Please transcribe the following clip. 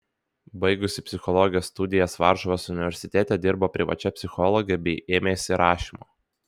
baigusi psichologijos studijas varšuvos universitete dirbo privačia psichologe bei ėmėsi rašymo